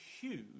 huge